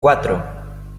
cuatro